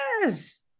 Yes